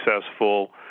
successful